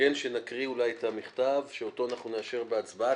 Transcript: שנקריא את המכתב שנאשר בהצבעה.